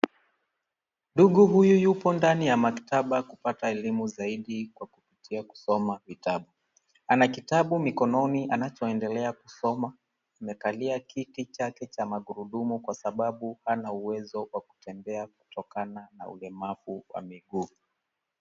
Ndugu huyu yupo ndani ya maktaba kupata elimu zaidi kwa kupitia kusoma vitabu, ana kitabu mikononi anachoendelea kusoma. Amekalia kiti chake cha magurudumu kwasababu hana uwezo wa kutembea kutokana na ulemavu wa miguu.